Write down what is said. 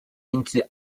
into